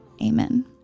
amen